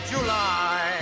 July